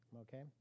okay